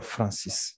Francis